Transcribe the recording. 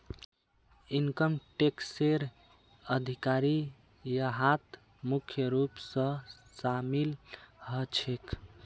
income टैक्सेर अधिकारी यहात मुख्य रूप स शामिल ह छेक